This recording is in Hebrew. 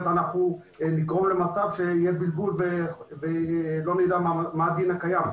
אנחנו נגרום למצב שיהיה בלבול ולא נדע מה הדין הקיים.